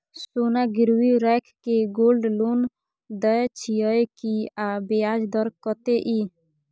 सोना गिरवी रैख के गोल्ड लोन दै छियै की, आ ब्याज दर कत्ते इ?